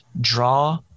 draw